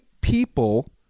people